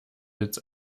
witz